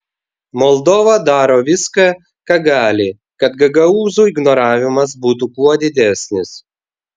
moldova daro viską ką gali kad gagaūzų ignoravimas būtų kuo didesnis